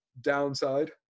Downside